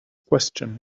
question